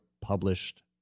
published